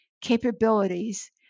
capabilities